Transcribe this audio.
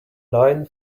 line